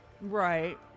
Right